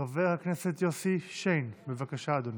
חבר הכנסת יוסי שיין, בבקשה, אדוני.